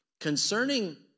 concerning